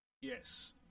Yes